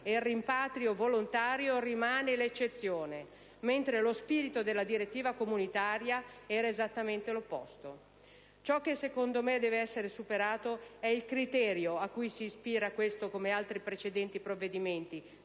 e il rimpatrio volontario rimane l'eccezione. Mentre lo spirito della direttiva comunitaria era esattamente l'opposto. Ciò che secondo me deve essere superato è il criterio a cui si ispira questo, come altri precedenti provvedimenti